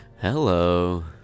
Hello